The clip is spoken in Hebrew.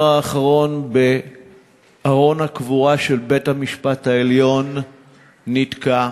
האחרון בארון הקבורה של בית-המשפט העליון נתקע,